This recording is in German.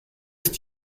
ist